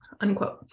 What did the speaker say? unquote